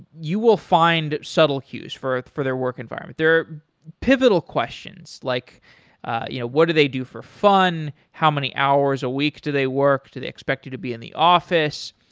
you will find subtle queues for for their work environment. there are pivotal questions, like you know what do they do for fun? how many hours a week do they work? do they expect you to be in the office?